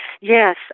yes